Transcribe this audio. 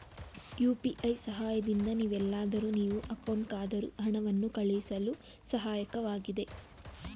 UPI ಸಹಾಯದಿಂದ ನೀವೆಲ್ಲಾದರೂ ನೀವು ಅಕೌಂಟ್ಗಾದರೂ ಹಣವನ್ನು ಕಳುಹಿಸಳು ಸಹಾಯಕವಾಗಿದೆ